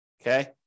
Okay